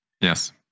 Yes